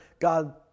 God